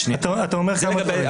את מי אתה הולך לתבוע?